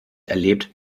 erlebt